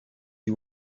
you